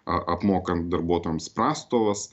a apmokant darbuotojams prastovas